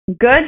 good